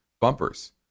bumpers